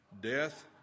Death